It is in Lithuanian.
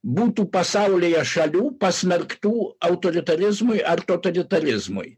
būtų pasaulyje šalių pasmerktų autoritarizmui ar totalitarizmui